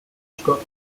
scotland